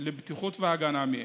לבטיחות והגנה מאש.